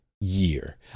year